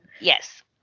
Yes